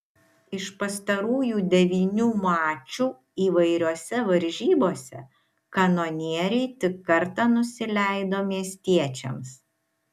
iš pastarųjų devynių mačų įvairiose varžybose kanonieriai tik kartą nusileido miestiečiams